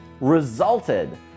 resulted